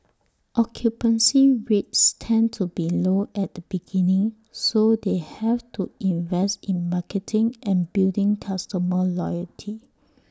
occupancy rates tend to be low at the beginning so they have to invest in marketing and building customer loyalty